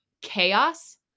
chaos